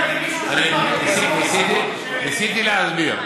מתוך האוכלוסייה הרלוונטית, ניסיתי להסביר.